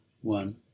one